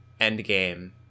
Endgame